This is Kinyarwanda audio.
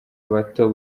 bato